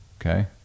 Okay